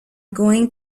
going